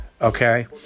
okay